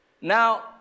Now